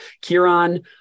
Kieran